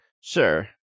Sure